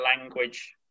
language